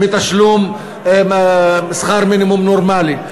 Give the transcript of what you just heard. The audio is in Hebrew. מתשלום שכר מינימום נורמלי.